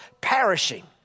perishing